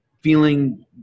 feeling